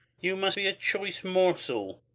you must be a choice morsel!